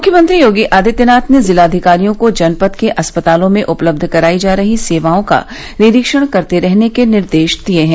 मुख्यमंत्री योगी आदित्यनाथ ने जिलाधिकारियों को जनपद के अस्पतालों में उपलब्ध करायी जा रही सेवाओं का निरीक्षण करते रहने के निर्देश दिए हैं